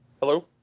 hello